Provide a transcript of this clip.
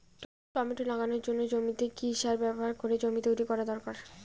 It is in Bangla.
টমেটো লাগানোর জন্য জমিতে কি সার ব্যবহার করে জমি তৈরি করা দরকার?